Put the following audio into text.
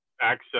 access